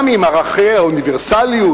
מה עם ערכי האוניברסליות?